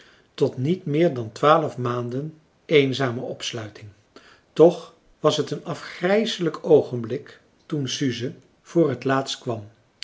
tot niet meer dan twaalf maanden eenzame opsluiting toch was het een afgrijselijk oogenblik toen suze voor het laatst kwam